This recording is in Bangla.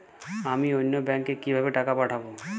আমি অন্য ব্যাংকে কিভাবে টাকা পাঠাব?